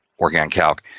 working in calc.